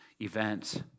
events